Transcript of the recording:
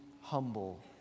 humble